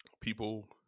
People